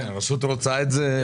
הרשות רוצה את זה.